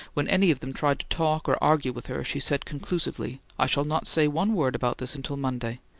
when any of them tried to talk or argue with her she said conclusively i shall not say one word about this until monday.